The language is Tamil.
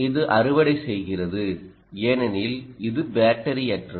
இது அறுவடை செய்கிறது ஏனெனில் இது பேட்டரியற்றது